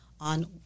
on